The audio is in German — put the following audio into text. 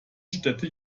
städte